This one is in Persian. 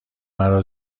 مرا